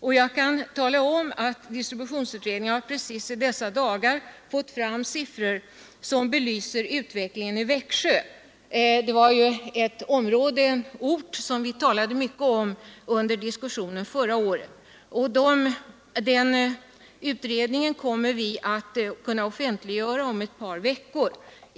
Jag kan tala om att distributionsutredningen precis i dessa dagar har fått fram siffror som belyser utvecklingen i Växjö, en ort som vi talade mycket om i diskussionen förra året, och det materialet kommer vi att kunna offentliggöra om ett par veckor.